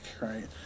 right